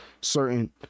certain